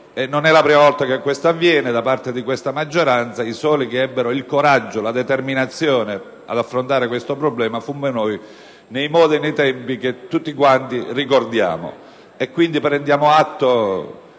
non è la prima volta che questo avviene da parte dell'attuale maggioranza: i soli che ebbero il coraggio e la determinazione di affrontare il problema fummo noi, nei modi e nei tempi che tutti ricordiamo.